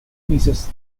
pieces